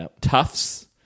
Tufts